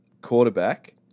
quarterback